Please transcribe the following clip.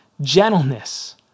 Gentleness